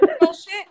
bullshit